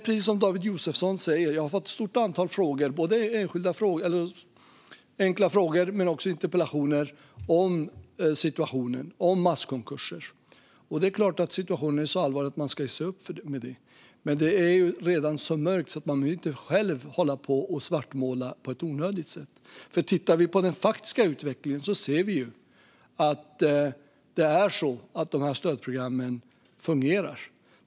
Precis som David Josefsson säger har jag fått ett stort antal frågor - både enkla skriftliga frågor och interpellationer - om situationen och masskonkurser. Situationen är så allvarlig att vi ska se upp när det gäller detta, men det är redan så mörkt att man själv inte ska hålla på och svartmåla på ett onödigt sätt. Tittar vi på den faktiska utvecklingen ser vi att de här stödprogrammen fungerar.